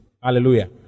Hallelujah